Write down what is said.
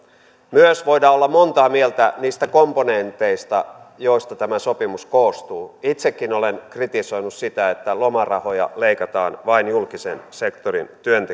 myös voidaan olla montaa mieltä niistä komponenteista joista tämä sopimus koostuu itsekin olen kritisoinut sitä että lomarahoja leikataan vain julkisen sektorin työntekijöiltä